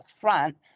front